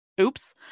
Oops